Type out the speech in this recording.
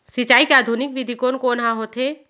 सिंचाई के आधुनिक विधि कोन कोन ह होथे?